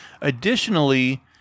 Additionally